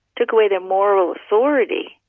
took away their moral authority.